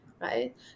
right